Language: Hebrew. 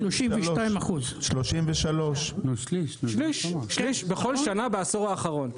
32%. 33%. שליש, בכל שנה בעשור האחרון.